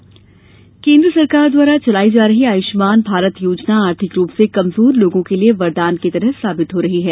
आयुष्मान लाभार्थी केन्द्र सरकार द्वारा चलाई जा रही आयुष्मान भारत योजना आर्थिक रूप से कमजोर लोगों के लिये वरदान की तरह साबित हो रही है